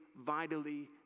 vitally